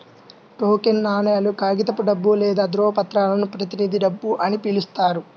token నాణేలు, కాగితపు డబ్బు లేదా ధ్రువపత్రాలను ప్రతినిధి డబ్బు అని పిలుస్తారు